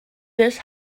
this